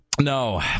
No